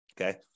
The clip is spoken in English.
Okay